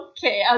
Okay